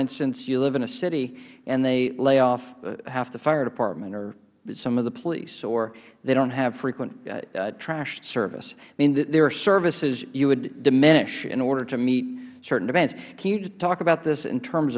instance you live in a city and they lay off half the fire department or some of the police or they dont have frequent trash service there are services you would diminish in order to meet certain events can you talk about this in terms